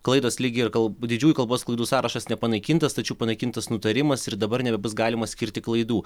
klaidos lyg ir didžiųjų kalbos klaidų sąrašas nepanaikintas tačiau panaikintas nutarimas ir dabar nebebus galima skirti klaidų